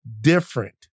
different